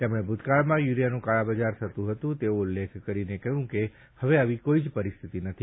તેમણે ભ્રતકાળમાં યુરિયાનું કાળા બજાર થતું હતું તેનો ઉલ્લેખ કરી કહ્યું કે હવે આવી કોઈ સ્થિતિ નથી